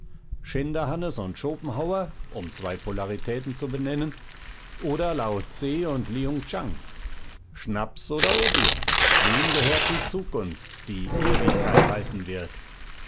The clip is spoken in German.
schinderhannes und schopenhauer um zwei polaritäten zu benennen oder laotse und lihungtschang schnaps oder opium wem gehört die zukunft die ewigkeit heißen wird